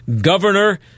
governor